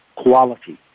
Quality